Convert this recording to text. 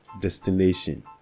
destination